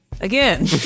Again